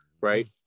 right